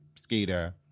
skater